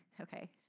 Okay